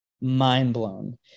mind-blown